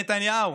נתניהו,